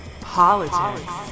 politics